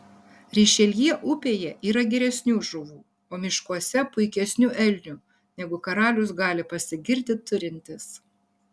rišeljė upėje yra geresnių žuvų o miškuose puikesnių elnių negu karalius gali pasigirti turintis